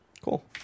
Cool